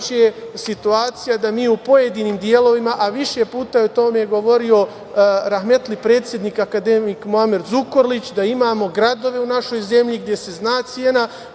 situacija da mi u pojedinim delovima, a više puta je o tome govorio rahmetli predsednik akademik Muamer Zukorlić, da imamo samo gradove u našoj zemlji gde se zna cena